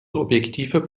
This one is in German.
objektiver